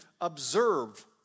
observe